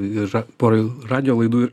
yra poroj radijo laidų ir